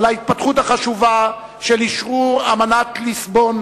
ההתפתחות החשובה של אשרור אמנת ליסבון,